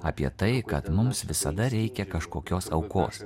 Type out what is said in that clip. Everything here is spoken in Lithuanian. apie tai kad mums visada reikia kažkokios aukos